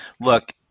look